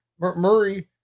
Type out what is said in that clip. Murray